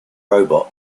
robot